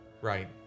Right